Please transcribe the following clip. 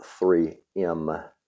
3M